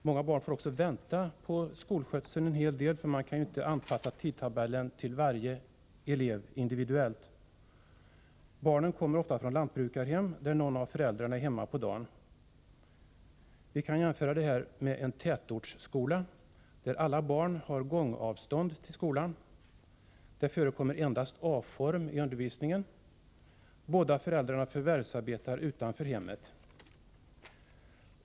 Många barn får också vänta en hel del på skolskjutsen, för man kan ju inte anpassa tidtabellen till varje elev individuellt. Barnen kommer ofta från lantbrukarhem, där någon av föräldrarna är hemma på dagen. Man kan jämföra detta med en tätortsskola. Där har alla barn gångavstånd till skolan. Det förekommer endast A-form i undervisningen. Båda föräldrarna förvärvsarbetar som regel utanför hemmet.